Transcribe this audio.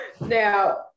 Now